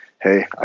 hey